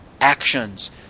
actions